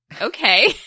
Okay